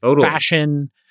fashion